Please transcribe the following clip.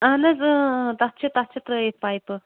اَہَن حظ اۭں اۭں تَتھ چھِ تَتھ چھِ ترٛٲیِتھ پایپہٕ